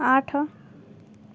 ଆଠ